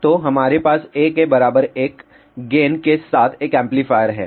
तो हमारे पास A के बराबर एक गेन के साथ एक एम्पलीफायर है